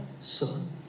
Son